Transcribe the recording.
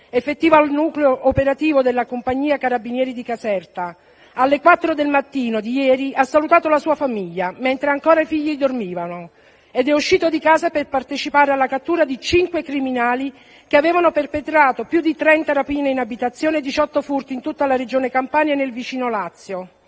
effettivo al Nucleo operativo della compagnia carabinieri di Caserta, alle 4 del mattino di ieri ha salutato la sua famiglia, mentre ancora i figli dormivano ed è uscito di casa per partecipare alla cattura di cinque criminali che avevano perpetrato più di trenta rapine in abitazione e diciotto furti in tutta la Regione Campania e nel vicino Lazio.